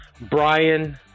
Brian